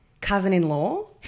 cousin-in-law